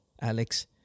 Alex